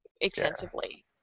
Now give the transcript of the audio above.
extensively